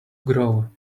grow